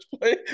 play